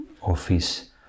office